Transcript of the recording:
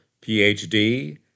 Ph.D